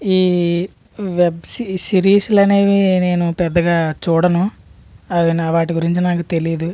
ఈ వెబ్ సి సిరీస్లు అనేవి నేను పెద్దగా చూడను అది నా వాటి గురించి నాకు తెలియదు